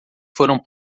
foram